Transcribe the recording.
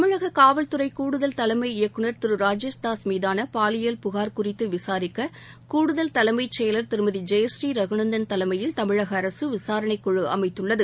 தமிழகக் காவல்துறைகூடுதல் தலைமை இயக்குநர் திருராஜேஷ் தாஸ் மீதானபாலியல் புகார் குறித்துவிசாரிக்க கூடுதல் தலைமைச் செயலர் திருமதிஜெயபுநீ ரகுநந்தள் தலையில் விசாரணைக்குழுவைதமிழகஅரசுஅமைத்துள்ளது